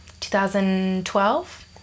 2012